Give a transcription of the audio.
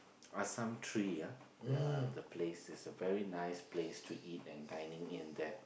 Assam-Tree ah the the place is a very nice place to eat and dining in there